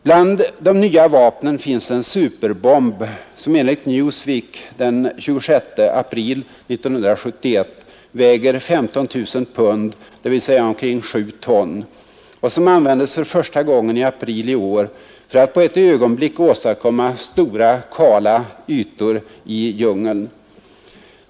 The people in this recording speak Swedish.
Bland de nya vapnen finns en superbomb, som enligt Newsweek den 26 april 1971 väger 15 000 pund, dvs. omkring 7 ton, och som användes för första gången i april i år för att på ett ögonblick åstadkomma stora, kala ytor i djungeln.